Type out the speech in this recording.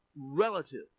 relative